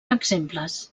exemples